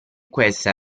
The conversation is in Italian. questa